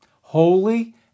holy